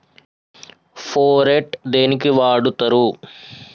Phorate దేనికి వాడుతరు?